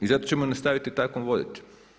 I zato ćemo nastaviti tako voditi.